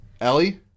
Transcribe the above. Ellie